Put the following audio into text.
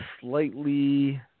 slightly